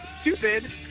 stupid